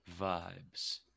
vibes